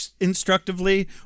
instructively